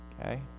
Okay